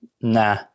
Nah